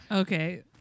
Okay